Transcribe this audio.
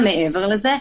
מעבר לזה,